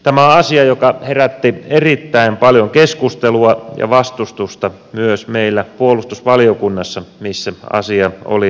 tämä on asia joka herätti erittäin paljon keskustelua ja vastustusta myös meillä puolustusvaliokunnassa missä asia oli lausunnolla